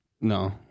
No